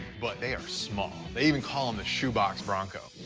but they are small. they even call them the shoebox bronco,